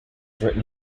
written